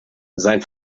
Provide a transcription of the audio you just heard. sein